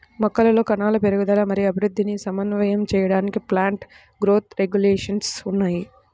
మొక్కలలో కణాల పెరుగుదల మరియు అభివృద్ధిని సమన్వయం చేయడానికి ప్లాంట్ గ్రోత్ రెగ్యులేషన్స్ ఉన్నాయి